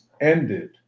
ended